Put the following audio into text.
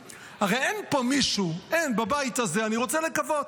הרי אין פה מישהו, אין בבית הזה, אני רוצה לקוות,